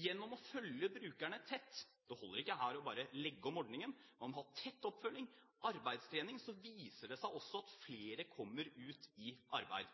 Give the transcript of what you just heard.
Gjennom å følge brukerne tett – det holder ikke her bare å legge om ordningen, man må ha tett oppfølging og arbeidstrening – viser det seg også at flere kommer ut i arbeid.